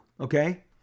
okay